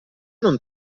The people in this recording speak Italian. non